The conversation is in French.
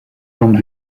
jambes